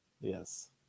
Yes